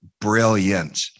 brilliant